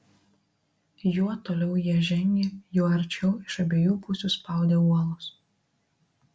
juo toliau jie žengė juo arčiau iš abiejų pusių spaudė uolos